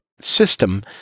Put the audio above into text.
system